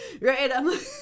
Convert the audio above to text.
Right